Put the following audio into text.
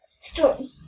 story